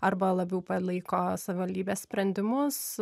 arba labiau palaiko savivaldybės sprendimus